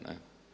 Ne?